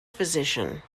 physician